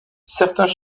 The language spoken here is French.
certains